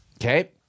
Okay